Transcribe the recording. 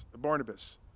barnabas